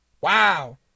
Wow